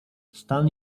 stan